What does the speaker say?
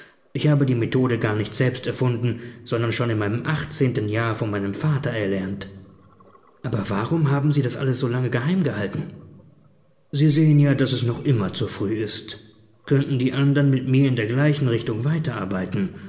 ich habe die methode gar nicht selbst erfunden sondern schon in meinem achtzehnten jahr von meinem vater erlernt aber warum haben sie das alles so lange geheimgehalten sie sehen ja daß es noch immer zu früh ist könnten die andern mit mir in der gleichen richtung weiterarbeiten